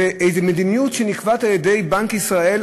זו איזו מדיניות שנקבעת על-ידי בנק ישראל,